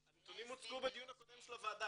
הנתונים הוצגו בדיון הקודם של הוועדה.